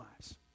lives